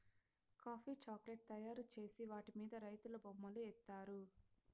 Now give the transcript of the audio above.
coffee chocolate తయారు చేసిన వాటి మీద రైతులు బొమ్మలు ఏత్తారు